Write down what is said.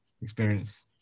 experience